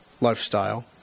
lifestyle